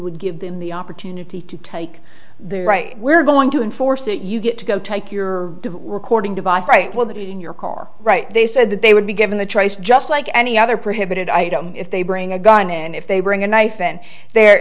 would give them the opportunity to take the right we're going to enforce it you get to go take your recording device right with it in your car right they said that they would be given the choice just like any other prohibited item if they bring a gun and if they bring a knife in the